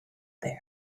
there